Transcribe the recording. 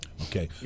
Okay